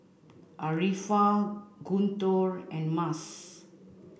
Arifa Guntur and Mas